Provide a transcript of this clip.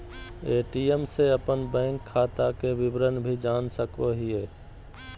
ATM से अपन bank खाता के विवरण भी जान सको हिये